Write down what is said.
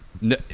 No